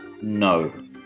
No